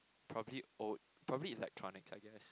probably old probably electronics I guess